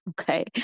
Okay